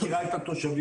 מכירה את התושבים,